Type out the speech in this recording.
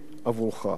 ואנחנו ראינו,